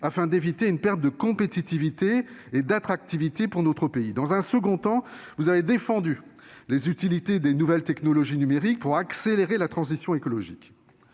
afin d'éviter une perte de compétitivité et d'attractivité pour notre pays. Dans un second temps, vous avez défendu l'utilité des nouvelles technologies numériques pour accélérer la transition écologique.